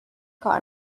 کار